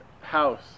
house